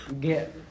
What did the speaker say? get